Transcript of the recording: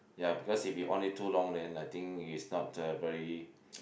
ya because if you on it too long then I think it's not uh very